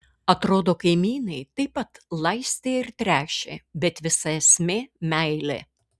atrodo kaimynai taip pat laistė ir tręšė bet visa esmė meilė